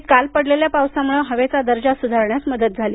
दिल्लीत काल पडलेल्या पावसामुळं हवेचा दर्जा सुधारण्यास मदत झाली